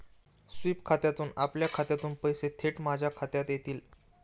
sweep खात्यातून आपल्या खात्यातून पैसे थेट माझ्या खात्यात येतील